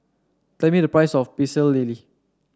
tell me the price of Pecel Lele